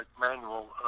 Manual